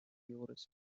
juures